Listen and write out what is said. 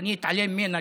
שאני אתעלם ממנה,